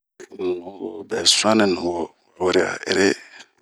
Nuwo bɛ suani nuwo ,wa wure a ere.